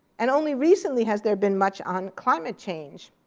and only recently has there been much on climate change.